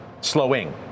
slowing